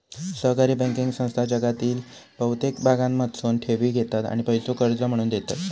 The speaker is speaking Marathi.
सहकारी बँकिंग संस्था जगातील बहुतेक भागांमधसून ठेवी घेतत आणि पैसो कर्ज म्हणून देतत